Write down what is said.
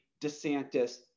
DeSantis